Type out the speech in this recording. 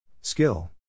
Skill